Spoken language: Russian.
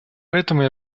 поэтому